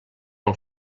del